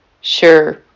Sure